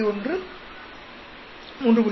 1 3